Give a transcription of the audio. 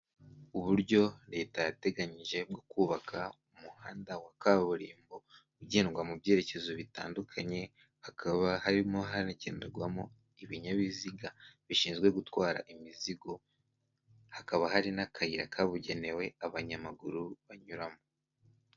Uburyo leta yateganyije bwo kubaka umuhanda wa kaburimbo, ugendwa mu byerekezo bitandukanye, hakaba harimo hanagenderwamo ibinyabiziga bishinzwe gutwara imizigo, hakaba hari n'akayira kabugenewe abanyamaguru banyuramo.